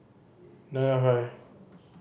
nine nine five